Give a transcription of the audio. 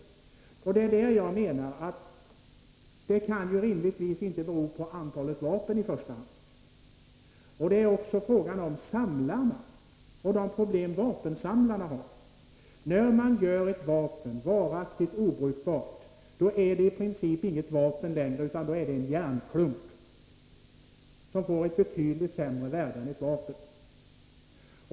Det är i fråga om detta jag menar att det inte rimligtvis kan bero på antalet vapen i första hand. Det är också frågan om de problem vapensamlarna har. När man gör ett vapen varaktigt obrukbart är det i princip inget vapen längre utan då är det en järnklump som får ett betydligt sämre värde än ett vapen.